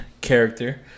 character